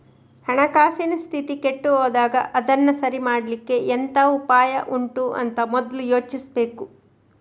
ಹಣಕಾಸಿನ ಸ್ಥಿತಿ ಕೆಟ್ಟು ಹೋದಾಗ ಅದನ್ನ ಸರಿ ಮಾಡ್ಲಿಕ್ಕೆ ಎಂತ ಉಪಾಯ ಉಂಟು ಅಂತ ಮೊದ್ಲು ಯೋಚಿಸ್ಬೇಕು